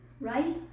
right